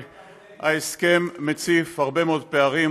וההסכם מציף הרבה מאוד פערים,